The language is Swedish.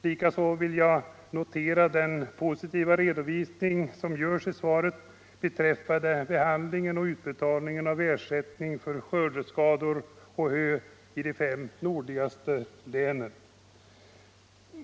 Likaså vill jag notera den redovisning som görs i svaret beträffande behandlingen och utbetalningen av ersättning för skördeskador på hö i de fem nordligaste länen.